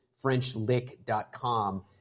FrenchLick.com